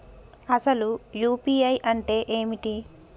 అసలు యూ.పీ.ఐ అంటే ఏమిటి?